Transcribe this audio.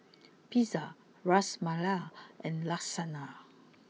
Pizza Ras Malai and Lasagna